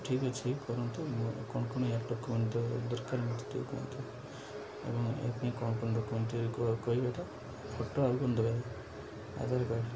ଠିକ୍ ଅଛି କରନ୍ତୁ ମୁଁ କ'ଣ କ'ଣ ଡ଼କ୍ୟୁମେଣ୍ଟ ଦରକାର ମୋତେ ଟିକେ କୁହନ୍ତୁ ଏବଂ ଏପାଇଁ କ'ଣ କ'ଣ ଡ଼କ୍ୟୁମେଣ୍ଟ କହିବା ତ ଫଟୋ ଆଉ କ'ଣ ଦରକାର ଆଧାର କାର୍ଡ଼